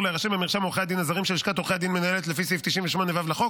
להירשם במרשם עורכי הדין הזרים שלשכת עורכי הדין מנהלת לפי סעיף 98ו לחוק,